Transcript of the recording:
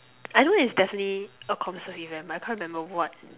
I know it's definitely a comm serve event but I can't remember what